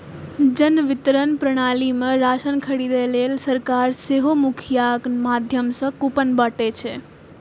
जन वितरण प्रणाली मे राशन खरीदै लेल सरकार सेहो मुखियाक माध्यम सं कूपन बांटै छै